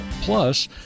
Plus